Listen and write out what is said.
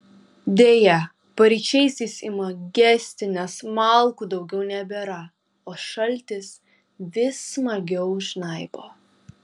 deja paryčiais jis ima gesti nes malkų daugiau nebėra o šaltis vis smagiau žnaibo